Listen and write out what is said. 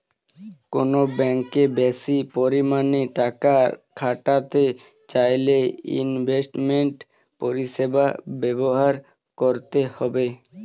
কোনো ব্যাঙ্কে বেশি পরিমাণে টাকা খাটাতে চাইলে ইনভেস্টমেন্ট পরিষেবা ব্যবহার করতে হবে